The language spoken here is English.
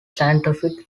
scientific